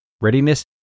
Readiness